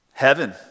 Heaven